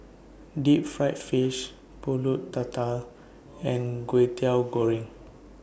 Deep Fried Fish Pulut Tatal and Kwetiau Goreng